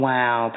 Wow